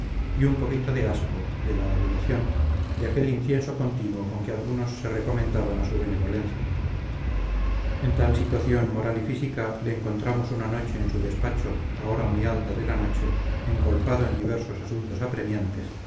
y un poquito de asco de la adulación de aquel incienso continuo con que algunos se recomendaban a su benevolencia en tal situación moral y física le encontramos una noche en su despacho a hora muy alta de la noche engolfado en diversos asuntos apremiantes